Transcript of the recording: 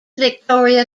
victoria